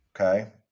Okay